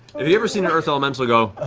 if you've ever seen an earth elemental go,